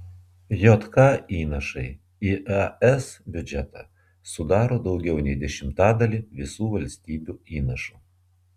jk įnašai į es biudžetą sudaro daugiau nei dešimtadalį visų valstybių įnašų